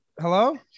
Hello